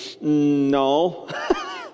No